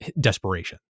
desperation